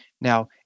Now